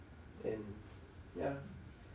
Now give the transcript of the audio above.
and ya